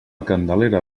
candelera